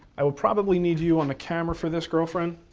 i will probably need you on the camera for this, girlfriend.